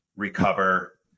recover